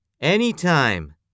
Anytime